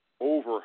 over